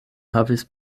havis